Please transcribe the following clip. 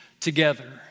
Together